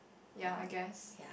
ya I guess